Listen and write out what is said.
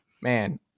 man